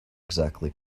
exactly